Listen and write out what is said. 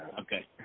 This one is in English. Okay